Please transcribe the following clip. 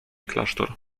klasztor